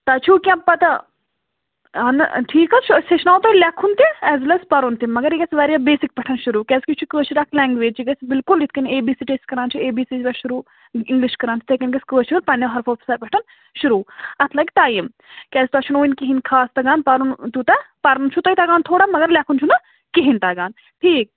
تُہۍ چھُو کیٚنٛہہ پتاہ اہَنُ ٹھیٖک حظ چھُ أسۍ ہیٚچھاناہو تُہۍ لٮ۪کھُن تہِ ایز وٮ۪ل اٮ۪ز پرُن تہِ مگر یہِ گَژھِ وارِیاہ بیٚسِک پٮ۪ٹھ شُروٗع کیٛازِ کہِ یہِ چھُ کٲشُر اکھ لٮ۪نٛگویج یہِ گَژھِ بلکُل یہِ کٔنۍ اے بی سۭتۍ أسۍ کَران چھِ اے بی سی ڈی شروٗع اِنٛگلِش کَران تِتَھے کٔنۍ گَژھِ کٲشُر پنٛنٮ۪و پٮ۪ٹھ شروٗع اتھ لگہِ ٹایِم کیٛازِ تُہۍ چھُنہٕ وٕنۍ کِہیٖنۍ خاص تگان پرُن تیوٗتاہ پرُن چھُو تُہۍ تگان تھوڑا مگر لٮ۪کھُن چھُنہٕ کِہیٖنۍ تگان ٹھیٖک